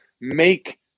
make